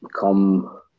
come